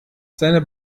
seine